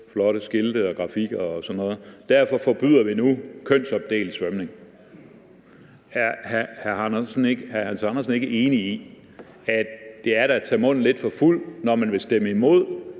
Derfor forbyder vi nu kønsopdelt svømning. Er hr. Hans Andersen ikke enig i, at det da er at tage munden lidt for fuld, når man nu vil stemme imod